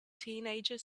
teenager